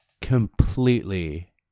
completely